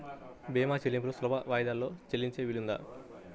భీమా చెల్లింపులు సులభ వాయిదాలలో చెల్లించే వీలుందా?